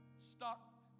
Stop